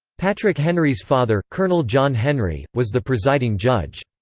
patrick henry's father, colonel john henry, was the presiding judge.